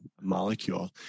molecule